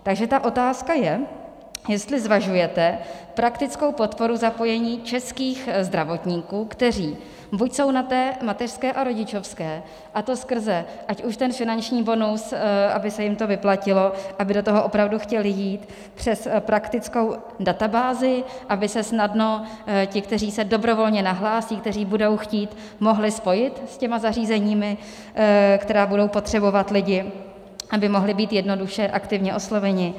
Takže otázka je, jestli zvažujete praktickou podporu zapojení českých zdravotníků, kteří buď jsou na mateřské a rodičovské, a to skrze ať už ten finanční bonus, aby se jim to vyplatilo, aby do toho opravdu chtěli jít, přes praktickou databázi, aby se snadno ti, kteří se dobrovolně nahlásí, kteří budou chtít, mohli spojit s těmi zařízeními, která budou potřebovat lidi, aby mohli být jednoduše aktivně osloveni.